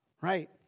right